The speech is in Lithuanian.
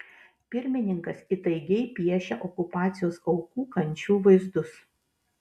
pirmininkas įtaigiai piešia okupacijos aukų kančių vaizdus